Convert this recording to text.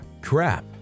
Crap